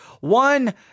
one